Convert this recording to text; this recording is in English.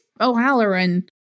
O'Halloran